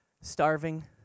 starving